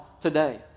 today